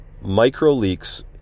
micro-leaks